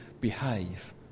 behave